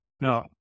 No